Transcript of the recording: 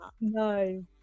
No